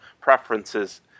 preferences